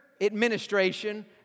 administration